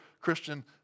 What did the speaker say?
Christian